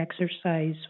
exercise